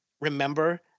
remember